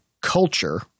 culture